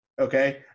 okay